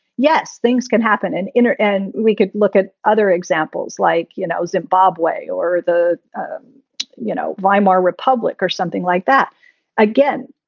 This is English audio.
yes, things can happen. and in our end, we could look at other examples like, you know, zimbabwe or the you know weimar republic or something like that again.